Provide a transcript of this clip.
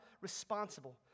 responsible